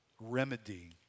remedy